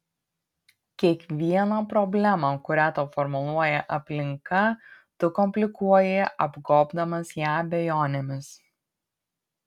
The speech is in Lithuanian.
kiekvieną problemą kurią tau formuluoja aplinka tu komplikuoji apgobdamas ją abejonėmis